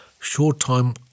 Short-time